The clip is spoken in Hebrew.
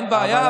אין בעיה,